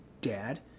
dad